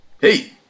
Hey